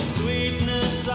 sweetness